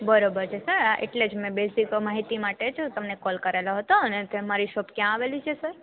બરોબર છે સર આ એટલે જ મેં માહિતી માટે જ તમને કોલ કરેલો હતો અને તમારી શોપ ક્યાં આવેલી છે સર